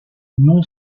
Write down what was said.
non